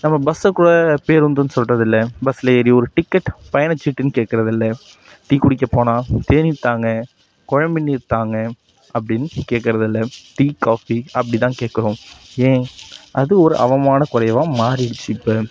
நம்ம பஸ்ஸை கூட பேருந்துனு சொல்றதில்லை பஸ்ஸில் ஏறி ஒரு டிக்கெட் பயணச்சீட்டுனு கேட்கறதில்ல டீ குடிக்க போனால் தேநீர் தாங்க குழம்பிநீர் தாங்க அப்படின்னு கேட்கறதில்ல டீ காஃபி அப்படி தான் கேட்கிறோம் ஏன் அது ஒரு அவமான குறைவாக மாறிடுச்சு இப்போ